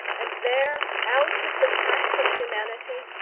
and there, out of the track of humanity,